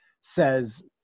says